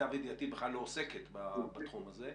למיטב ידיעתי, בכלל לא עוסקת בתחום הזה,